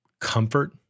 comfort